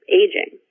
aging